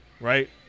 right